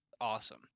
awesome